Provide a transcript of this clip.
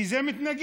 כי זה מתנגש.